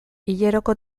hileroko